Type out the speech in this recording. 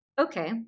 Okay